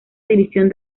división